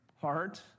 heart